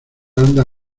anda